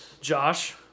Josh